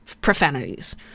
profanities